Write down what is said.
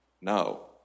No